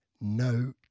no